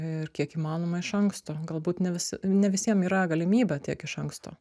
ir kiek įmanoma iš anksto galbūt ne visi ne visiem yra galimybė tiek iš anksto